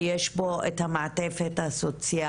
ויש בו את המעטפת הסוציאלית,